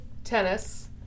Tennis